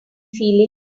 feeling